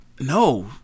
No